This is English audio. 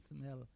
smell